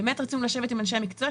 באמת רצינו לשבת עם אנשי המקצוע,